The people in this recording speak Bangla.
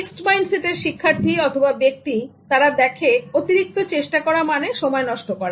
ফিক্সড মাইন্ডসেটের শিক্ষার্থী অথবা ব্যক্তি তারা দেখে অতিরিক্ত চেষ্টা করা মানে সময় নষ্ট করা